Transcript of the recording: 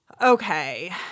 Okay